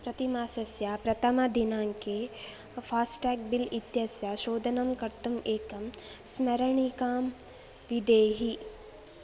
प्रतिमासस्य प्रथमदिनाङ्के FASTag bill इत्यस्य शोधनं कर्तुम् एकं स्मरणिकां विधेहि